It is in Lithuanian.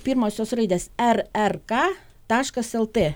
pirmosios raidės er er ka taškas lt